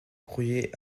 courrier